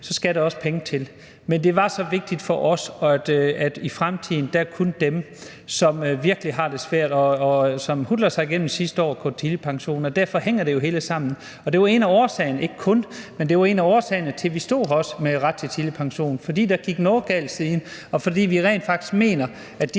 så skal der også penge til. Men det var så vigtigt for os, at det i fremtiden kun er dem, som virkelig har det svært, og som hutler sig igennem de sidste år, som kan få tidlig pension. Derfor hænger det hele jo sammen. Det var en af årsagerne – ikke den eneste, men en af årsagerne – til, at vi også stod her med ret til tidlig pension, fordi der gik noget galt siden, og fordi vi rent faktisk mener, at de